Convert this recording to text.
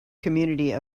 community